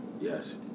Yes